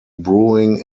brewing